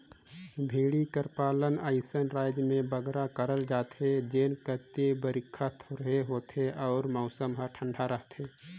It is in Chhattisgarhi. भेंड़ी कर पालन अइसन राएज में बगरा करल जाथे जेन कती बरिखा थोरहें होथे अउ मउसम हर ठंडा रहथे